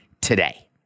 today